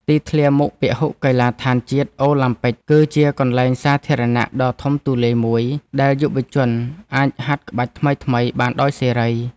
ទីធ្លាមុខពហុកីឡដ្ឋានជាតិអូឡាំពិក គឺជាកន្លែងសាធារណៈដ៏ធំទូលាយមួយ ដែលយុវជនអាចហាត់ក្បាច់ថ្មីៗបានដោយសេរី។